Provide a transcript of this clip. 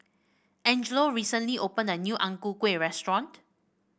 Angelo recently opened a new Ang Ku Kueh restaurant